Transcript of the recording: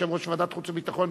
יושב-ראש ועדת חוץ וביטחון,